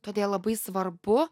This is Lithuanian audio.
todėl labai svarbu